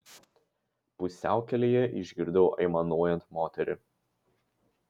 pusiaukelėje išgirdau aimanuojant moterį